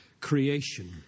creation